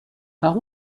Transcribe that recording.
par